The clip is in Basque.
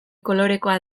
kolorekoa